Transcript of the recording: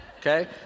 Okay